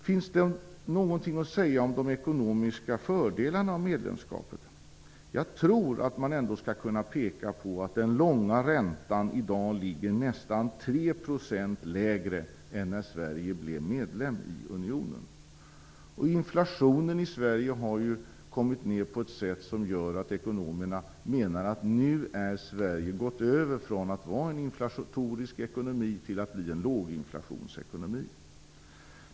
Finns det någonting att säga om de ekonomiska fördelarna av medlemskapet? Jag tror att man ändå kan peka på att den långa räntan i dag ligger nästan Inflationen i Sverige har ju kommit ned på ett sätt som gör att ekonomerna menar att Sveriges ekonomi nu har gått över från att vara inflatorisk till att bli av låginflationstyp.